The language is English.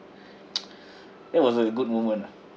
that was a good moment ah